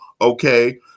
Okay